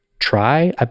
try